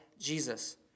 Jesus